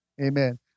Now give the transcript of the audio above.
Amen